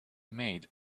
made